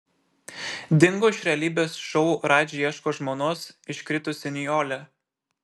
dingo iš realybės šou radži ieško žmonos iškritusi nijolė